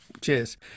Cheers